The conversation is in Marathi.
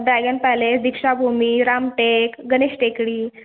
dragon palace Diksha Bhumi Ramtek Ganesh Tekdi